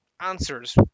answers